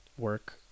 Work